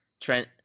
trent